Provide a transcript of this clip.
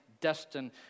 destined